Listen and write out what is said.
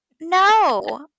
No